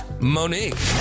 Monique